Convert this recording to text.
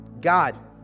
God